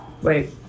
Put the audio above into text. Wait